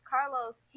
Carlos